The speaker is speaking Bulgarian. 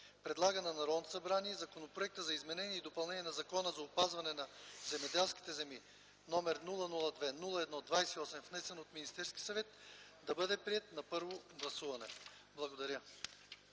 предлага на Народното събрание Законопроект за изменение и допълнение на Закона за опазване на земеделските земи, № 002-01-28, внесен от Министерския съвет, да бъде приет на първо гласуване.” Благодаря.